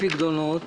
ופיקדונות?